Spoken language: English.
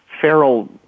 feral